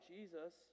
Jesus